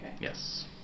Yes